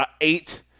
eight